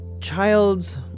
child's